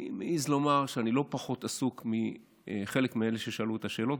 אני מעז לומר שאני לא פחות עסוק מחלק מאלה ששאלו את השאלות.